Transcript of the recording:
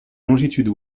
longitude